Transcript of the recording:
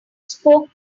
spoke